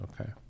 Okay